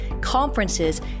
conferences